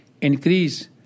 increase